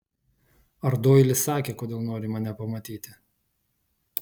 ar doilis sakė kodėl nori mane pamatyti